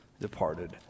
departed